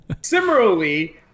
Similarly